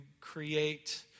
create